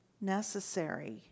necessary